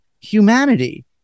humanity